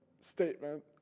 statement